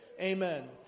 Amen